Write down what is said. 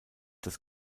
das